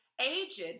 aged